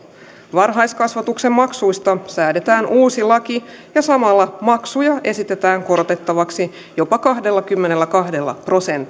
varhaiskasvatuksen maksuista säädetään uusi laki ja samalla maksuja esitetään korotettavaksi jopa kaksikymmentäkaksi prosenttia